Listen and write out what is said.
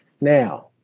Now